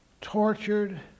Tortured